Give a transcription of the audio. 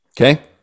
Okay